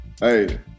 hey